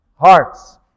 hearts